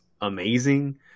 amazing